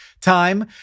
time